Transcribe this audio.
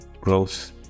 growth